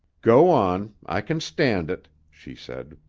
go on. i can stand it, she said.